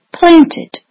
planted